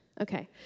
Okay